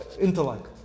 intellect